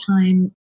time